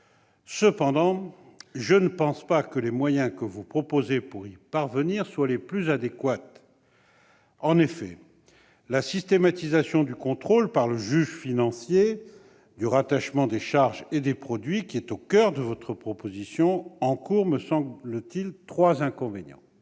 Cependant, je ne pense pas que les moyens que vous proposez pour y parvenir soient les plus adéquats. En effet, la systématisation du contrôle, par le juge financier, du rattachement des charges et des produits, qui est au coeur de votre proposition, présente, me semble-t-il, trois inconvénients.